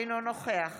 אינו נוכח